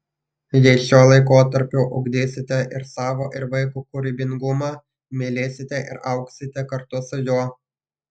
jei šiuo laikotarpiu ugdysite ir savo ir vaiko kūrybingumą mylėsite ir augsite kartu su juo